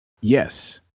Yes